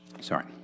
Sorry